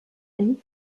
lui